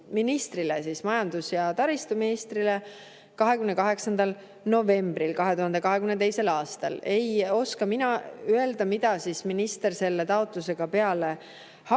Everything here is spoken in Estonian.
– majandus‑ ja taristuministrile – 28. novembril 2022. aastal. Ei oska mina öelda, mida minister selle taotlusega peale hakkab.